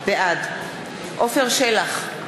בעד עפר שלח,